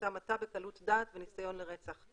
המתה בקלות דעת וניסיון לרצח.